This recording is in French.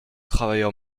travailleur